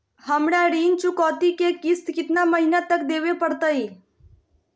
हमरा ऋण चुकौती के किस्त कितना महीना तक देवे पड़तई?